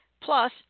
plus